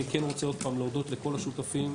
אני כן רוצה עוד פעם להודות לכל השותפים,